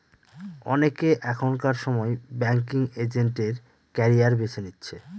অনেকে এখনকার সময় ব্যাঙ্কিং এজেন্ট এর ক্যারিয়ার বেছে নিচ্ছে